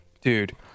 Dude